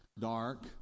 dark